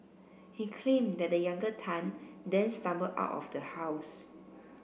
he claimed that the younger Tan then stumbled out of the house